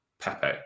Pepe